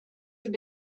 have